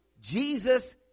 Jesus